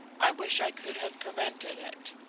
i wish i could have prevented it.